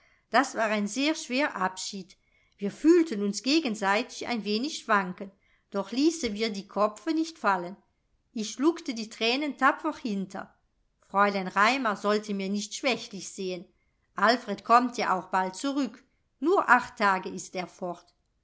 das war ein sehr schwer abschied wir fühlten uns gegenseitig ein wenig schwanken doch ließe wir die kopfe nicht fallen ich schluckte die thränen tapfer hinter fräulein raimar sollte mir nicht schwächlich sehen alfred kommt ja auch bald zurück nur acht tage ist er